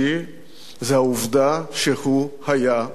זו העובדה שהוא היה בכל אירוע.